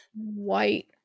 White